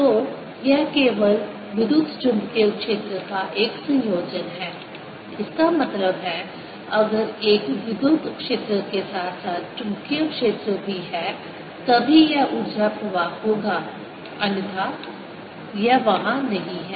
तो यह केवल विद्युत चुम्बकीय क्षेत्र का एक संयोजन है इसका मतलब है अगर एक विद्युत क्षेत्र के साथ साथ चुंबकीय क्षेत्र भी है तभी यह ऊर्जा प्रवाह होगा अन्यथा यह वहाँ नहीं है